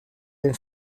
den